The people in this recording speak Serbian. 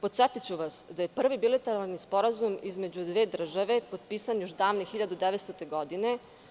Podsetiću vas da je prvi bilateralni sporazum između dve države potpisan još davne 1900. godine.